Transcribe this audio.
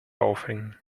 aufhängen